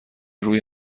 روی